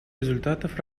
результатов